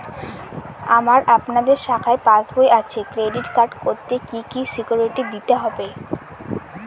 আমার আপনাদের শাখায় পাসবই আছে ক্রেডিট কার্ড করতে কি কি সিকিউরিটি দিতে হবে?